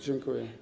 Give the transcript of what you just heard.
Dziękuję.